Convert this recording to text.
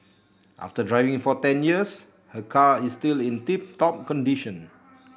after driving for ten years her car is still in tip top condition